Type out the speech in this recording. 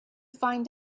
find